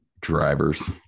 drivers